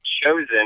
chosen